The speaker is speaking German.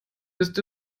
ist